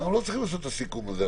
אנחנו לא צריכים לעשות את הסיכום עכשיו.